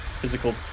physical